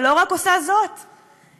ולא רק את זאת היא עושה,